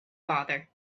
father